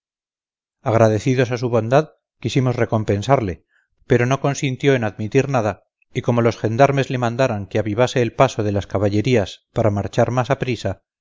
agradecidos a su bondad quisimos recompensarle pero no consintió en admitir nada y como los gendarmes le mandaran que avivase el paso de las caballerías para marchar más a prisa